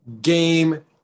Game